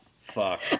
fuck